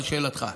לשאלתך,